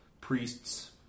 priests